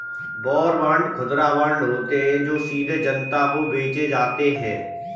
war bond खुदरा bond होते हैं जो सीधे जनता को बेचे जाते हैं